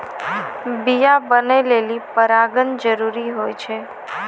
बीया बनै लेलि परागण जरूरी होय छै